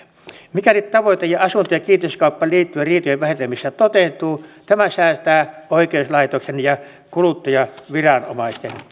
mikäli tavoite asunto ja kiinteistökauppaan liittyvien riitojen vähentämisestä toteutuu tämä säästää oikeuslaitoksen ja kuluttajaviranomaisten